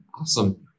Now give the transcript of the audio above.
Awesome